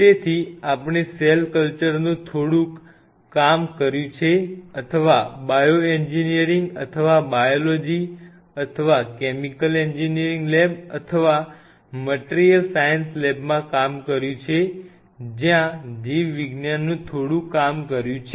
તેથી આપણે સેલ કલ્ચરનું થોડુંક કામ કર્યું છે અથવા બાયો એન્જિનિયરિંગ અથવા બાયોલોજી અથવા કેમિકલ એન્જિનિયરિંગ લેબ અથવા મટીરિયલ સાયન્સ લેબમાં કામ કર્યું છે જ્યાં જીવવિજ્ઞાનનું થોડું કામ કર્યું છે